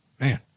Man